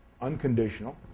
unconditional